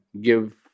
give